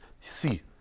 see